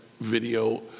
video